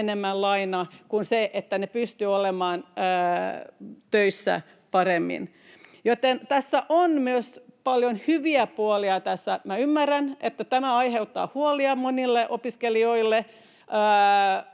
enemmän lainaa sen sijaan, että he pystyisivät olemaan töissä paremmin. Joten tässä on myös paljon hyviä puolia. Minä ymmärrän, että tämä aiheuttaa huolia monille opiskelijoille,